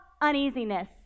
Uneasiness